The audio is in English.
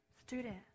student